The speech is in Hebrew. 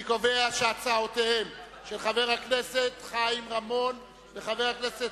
אני קובע שהצעותיהם של חבר הכנסת חיים רמון וחבר הכנסת